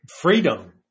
freedom